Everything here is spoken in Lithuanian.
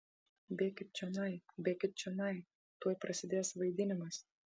bėkit čionai bėkit čionai tuoj prasidės vaidinimas